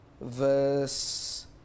verse